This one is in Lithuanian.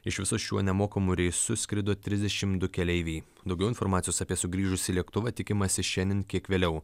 iš viso šiuo nemokamu reisu skrido trisdešimt du keleiviai daugiau informacijos apie sugrįžusį lėktuvą tikimasi šiandien kiek vėliau